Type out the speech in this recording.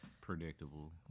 Predictable